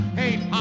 hey